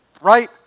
Right